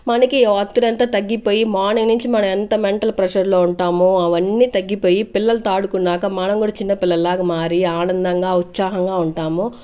మనకి ఒత్తిడంతా తగ్గిపోయి మార్నింగ్ నుంచి మనం ఎంత మెంటల్ ప్రెజర్లో ఉంటామో అవన్నీ తగ్గిపోయి పిల్లలతో ఆడుకున్నాక మనం కూడా చిన్న పిల్లలాగా మారి ఆనందంగా ఉత్సాహంగా ఉంటాము